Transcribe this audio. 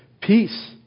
Peace